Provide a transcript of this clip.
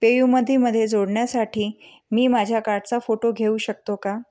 पेयुमधीमध्ये जोडण्यासाठी मी माझ्या कार्डचा फोटो घेऊ शकतो का